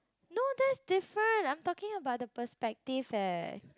no that's different I'm talking about the perspective eh